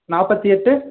நாற்பத்தி எட்டு